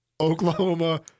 oklahoma